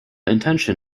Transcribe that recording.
intention